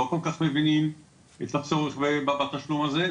לא כל כך מבינים את הצורך בתשלום הזה,